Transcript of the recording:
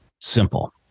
simple